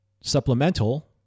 Supplemental